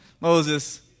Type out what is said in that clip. Moses